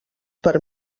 per